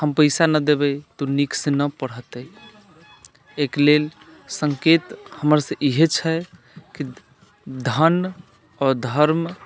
हम पैसा न देबै तऽ ओ नीकसँ न पढ़ेतै एहिके लेल सङ्केत हमरसभके इएह छै कि धन आओर धर्म